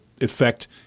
effect